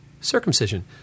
circumcision